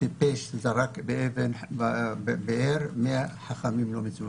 "הטיפש זרק אבן לבאר ומאה חכמים לא יצליחו